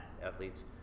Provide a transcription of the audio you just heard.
athletes